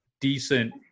decent